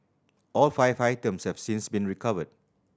all five items have since been recovered